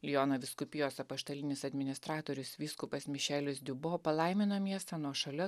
liono vyskupijos apaštalinis administratorius vyskupas mišelis diubo palaimino miestą nuo šalia